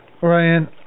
Ryan